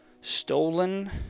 stolen